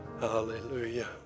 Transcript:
Hallelujah